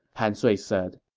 han sui said